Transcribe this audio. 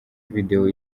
video